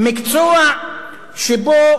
שבו